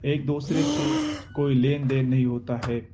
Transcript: ایک دوسرے سے کوئی لین دین نہیں ہوتا ہے